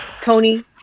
Tony